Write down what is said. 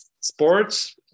sports